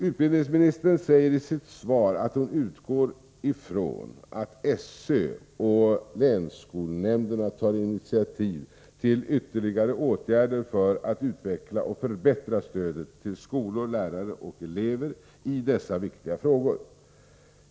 Utbildningsministern säger i sitt svar att hon utgår från att SÖ och länsskolnämnderna tar initiativ till ytterligare åtgärder för att utveckla och förbättra stödet till skolor, lärare och elever i dessa viktiga frågor.